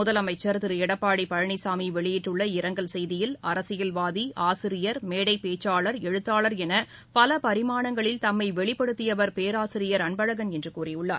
முதலமைச்சர் திருளடப்பாடிபழனிசாமிவெளியிட்டுள்ள இரங்கல் செய்தியில் அரசியல்வாதி மேடைபேச்சாளர் எழுத்தாளர் எனபலபரிமாணங்களில் தம்மைவெளிப்படுத்தியவர் ஆசிரியர் பேராசிரியர் அன்பழகன் என்றுகூறியுள்ளார்